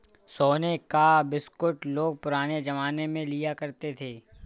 सोने का बिस्कुट लोग पुराने जमाने में लिया करते थे